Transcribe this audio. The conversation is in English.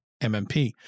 MMP